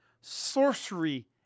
sorcery